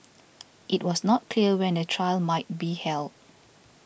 it was not clear when a trial might be held